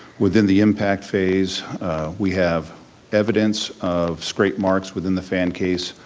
within the impact phase we have evidence of scrape marks within the fan case,